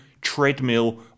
treadmill